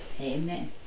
Amen